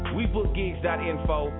WeBookGigs.info